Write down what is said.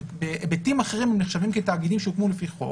שבהיבטים אחרים נחשבים כתאגידים שהוקמו לפי חוק,